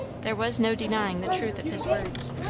there was no denying the truth of his words.